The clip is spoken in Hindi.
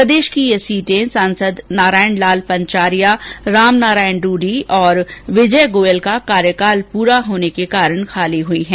प्रदेश की ये सीटे सांसद नारायण लाल पंचारिया राम नारायण डूडी और विजय गोयल का कार्यकाल पूरा होने के कारण खाली हुई है